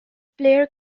player